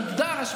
מגדר,